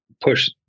push